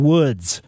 Woods